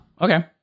okay